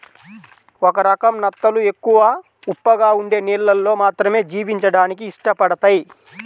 ఒక రకం నత్తలు ఎక్కువ ఉప్పగా ఉండే నీళ్ళల్లో మాత్రమే జీవించడానికి ఇష్టపడతయ్